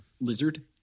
lizard